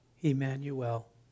Emmanuel